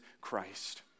Christ